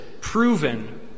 proven